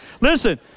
listen